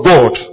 God